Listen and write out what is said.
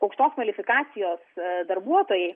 aukštos kvalifikacijos darbuotojai